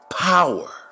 Power